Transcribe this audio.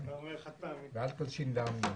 ואל תלשין לאמנון.